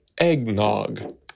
eggnog